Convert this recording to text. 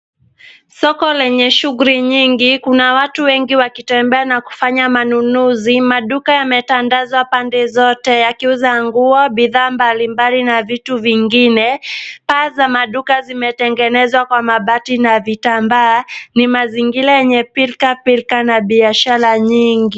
Soko lenye shuguli nyingi, kuna watu wengi wakitembea na kufanya manunuzi, maduka yametandazwa pande zote yakiuza nguo bidhaa mbalimbali na vitu vingine, paa za maduka zimetengenezwa kwa mabati na vitambaa, ni mazingira yenye pilkapilka na biashara nyingi.